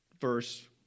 Verse